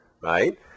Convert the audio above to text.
right